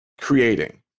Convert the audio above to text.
creating